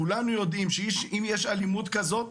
כולנו יודעים שאם יש אלימות כזאת,